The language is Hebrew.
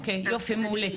אוקיי, מעולה.